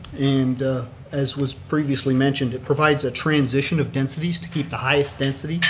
and as was previously mentioned, it provides a transition of densities to keep the highest density,